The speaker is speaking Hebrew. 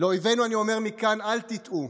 לאויבינו אני אומר מכאן: אל תטעו,